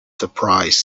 surprise